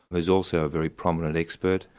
who's also a very prominent expert.